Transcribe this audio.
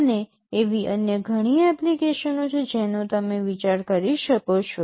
અને એવી અન્ય ઘણી એપ્લિકેશનો છે જેનો તમે વિચાર કરી શકો છો